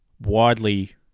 widely